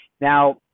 now